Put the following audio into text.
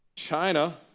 China